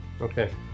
okay